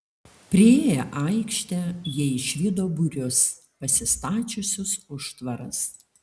priėję aikštę jie išvydo būrius pasistačiusius užtvaras